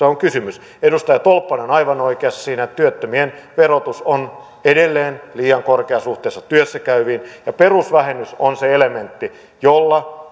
on kysymys edustaja tolppanen on aivan oikeassa siinä että työttömien verotus on edelleen liian korkea suhteessa työssä käyviin ja perusvähennys on se elementti jolla